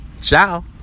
Ciao